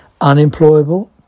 Unemployable